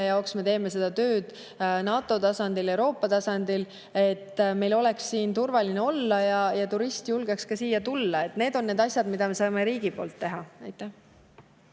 jaoks me teeme tööd NATO tasandil ja Euroopa tasandil, et meil oleks siin turvaline olla ja turist julgeks siia tulla. Need on need asjad, mida me saame riigi poolt teha. Aitäh!